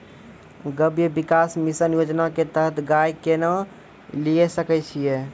गव्य विकास मिसन योजना के तहत गाय केना लिये सकय छियै?